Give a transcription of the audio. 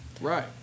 Right